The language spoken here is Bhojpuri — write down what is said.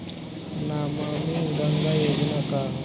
नमामि गंगा योजना का ह?